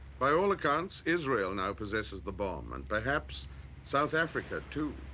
by all accounts, israel now possesses the bomb and perhaps south africa, too,